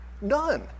None